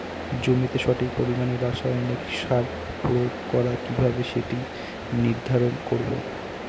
জমিতে সঠিক পরিমাণে রাসায়নিক সার প্রয়োগ করা কিভাবে সেটা নির্ধারণ করব?